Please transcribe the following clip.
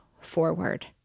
forward